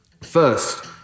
First